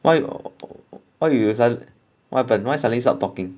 why why you what happened why suddenly stop talking